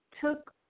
took